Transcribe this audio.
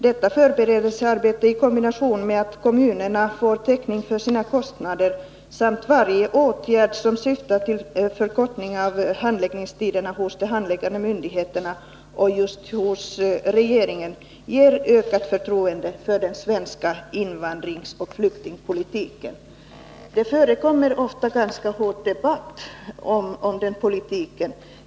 Detta förberedelsearbete i kombination med att kommunerna får täckning för sina kostnader samt varje åtgärd som syftar till förkortning av handläggningstiderna hos de handläggande myndigheterna och just hos regeringen ger ökat förtroende för den svenska invandringsoch flyktingpolitiken. Det förekommer inte sällan ganska hård debatt om den politiken.